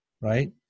right